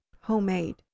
homemade